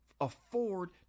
afford